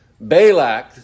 Balak